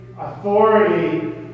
authority